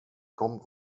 kommt